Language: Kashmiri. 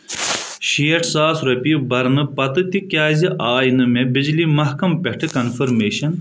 شیٹھ ساس رۄپیہِ برنہٕ پتہٕ تہِ کیٛازِ آے نہٕ مےٚ بجلی مہکمہٕ پٮ۪ٹھٕ کنفرمیشن